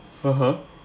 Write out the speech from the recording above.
(uh huh)